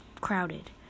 crowded